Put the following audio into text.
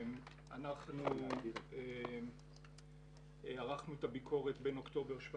אנחנו ערכנו את הביקורת בין אוקטובר 2017